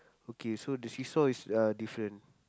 okay so the seesaw is uh different